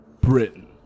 Britain